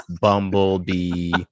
bumblebee